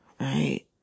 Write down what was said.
right